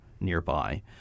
nearby